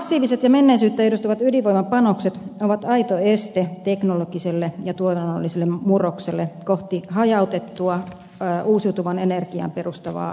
massiiviset ja menneisyyttä edustavat ydinvoimapanokset ovat aito este teknologiselle ja tuotannolliselle murrokselle kohti hajautettua uusiutuvaan energiaan perustuvaa älyteknologiaa